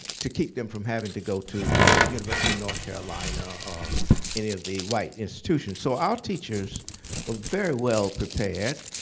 to keep them from having to go to the university of north carolina or any of the white institutions. so our teachers were very well prepared.